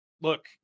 look